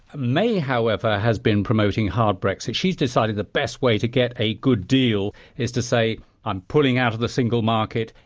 may, however, has been promoting hard brexit. she's decided the best way to get a good deal is to say i'm pulling out of the single market,